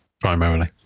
primarily